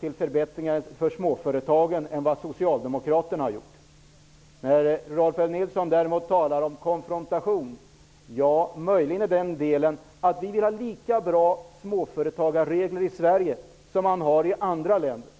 till förbättringar för småföretagen i större utsträckning än Socialdemokraterna. Rolf L Nilson talar om konfrontation. Det kan möjligen stämma i den delen att vi vill ha lika bra regler för småföretag som man har i andra länder.